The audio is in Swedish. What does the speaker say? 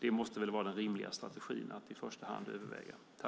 Det måste väl vara den rimliga strategin att i första hand överväga.